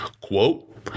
Quote